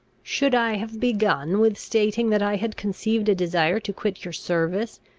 should i have begun with stating that i had conceived a desire to quit your service,